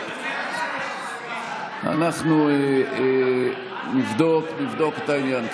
אנחנו נבדוק את העניין.